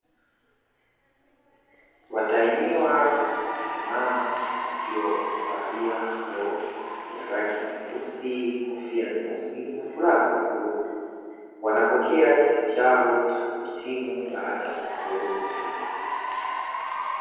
Watahiniwa wamesimama wakiwa wamevalia majoho ya rangi nyeusi, kofia nyeusi na fulana za bluu. Wanapokea cheti chao cha kuhitimu baada ya kufaulu masomo.